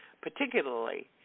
particularly